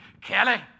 Kelly